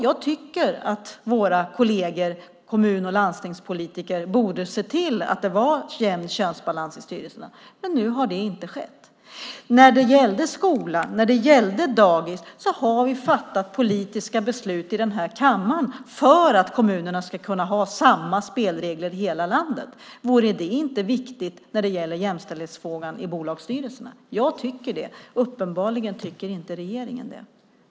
Jag tycker att våra kolleger - kommun och landstingspolitiker - borde se till att det är jämn könsbalans i styrelserna. Men det har inte skett. När det gällde skola och dagis har vi fattat politiska beslut i denna kammare för att kommunerna ska kunna ha samma spelregler i hela landet. Vore det inte viktigt när det gäller jämställdhetsfrågan i bolagsstyrelserna? Jag tycker det. Uppenbarligen tycker inte regeringen det.